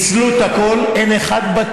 השנה ניצלו את הכול, אין אחד בתור.